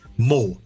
more